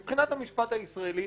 מבחינת המשפט הישראלי,